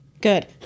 Good